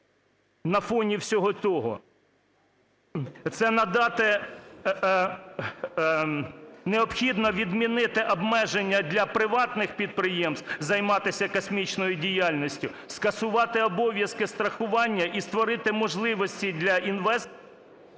на фоні всього того, це надати… необхідно відмінити обмеження для приватних підприємств займатися космічною діяльністю, скасувати обов'язки страхування і створити можливості для інвесторів…